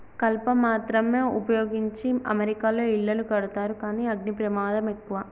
కలప మాత్రమే వుపయోగించి అమెరికాలో ఇళ్లను కడతారు కానీ అగ్ని ప్రమాదం ఎక్కువ